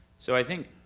so i think,